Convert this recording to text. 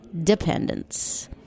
dependence